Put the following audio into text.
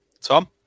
Tom